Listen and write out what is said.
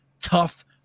tough